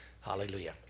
Hallelujah